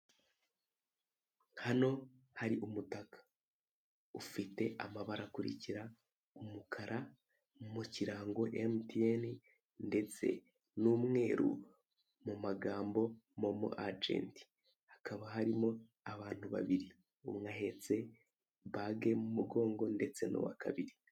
Hano hari umutaka. Ufite amabara akurikira: umukara, mu ikirango "emutiyeni", ndetse n'umweru, mu magambo "momo ajenti". Hakaba harimo abantu babiri. Umwe ahetse bage mu mugongo, ndetse n'uwa kabiri.